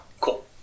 Cool